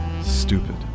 Stupid